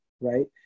right